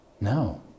No